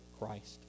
Christ